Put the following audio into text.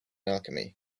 alchemy